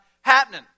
happening